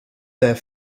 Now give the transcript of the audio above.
their